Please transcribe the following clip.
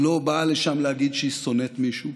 היא לא באה לשם להגיד שהיא שונאת מישהו,